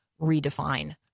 redefine